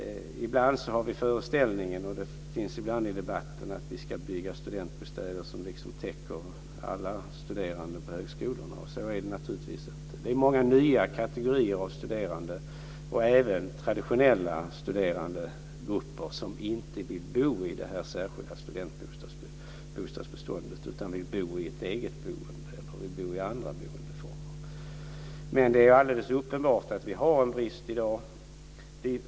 Ibland har vi föreställningen, och det sägs ibland i debatten, att det ska byggas så många studentbostäder att det täcker behovet för alla studerande på högskolorna. Så är det naturligtvis inte. Det är många nya kategorier av studerande och även traditionella studerandegrupper som inte vill bo i det särskilda studentbostadsbeståndet utan som vill bo i eget boende eller i andra boendeformer. Men det är alldeles uppenbart att det råder en brist i dag.